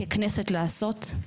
ככנסת לעשות,